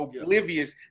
oblivious